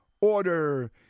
order